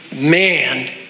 man